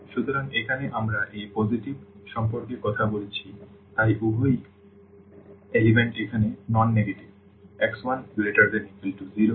সুতরাং এখানে আমরা এই positive সম্পর্কে কথা বলছি তাই উভয় উপাদান এখানে non negative x1≥0x2≥0